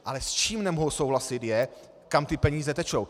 Ale s čím nemohu souhlasit, je, kam ty peníze tečou.